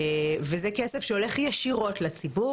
וזה כסף שהולך ישירות לציבור.